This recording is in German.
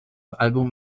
album